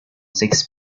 six